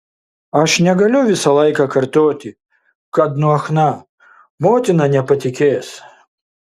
aš negaliu visą laiką kartoti kad nuo chna motina nepatikės